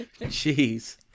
Jeez